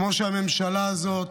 כמו שהממשלה הזאת,